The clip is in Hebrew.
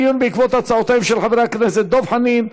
דיון בעקבות הצעותיהם של חברי הכנסת דב חנין,